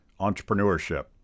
entrepreneurship